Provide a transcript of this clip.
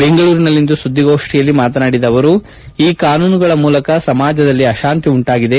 ಬೆಂಗಳೂರಿನಲ್ಲಿಂದು ಸುದ್ದಿಗೋಷ್ಠಿಯಲ್ಲಿ ಮಾತನಾಡಿದ ಅವರುಈ ಕಾನೂನುಗಳ ಮೂಲಕ ಸಮಾಜದಲ್ಲಿ ಆಶಾಂತಿ ಉಂಟಾಗಿದೆ